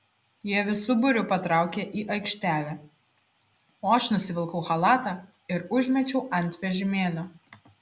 jie visu būriu patraukė į aikštelę o aš nusivilkau chalatą ir užmečiau ant vežimėlio